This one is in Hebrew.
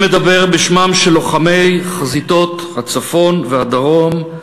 אני מדבר בשמם של לוחמי חזיתות הצפון והדרום,